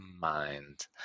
mind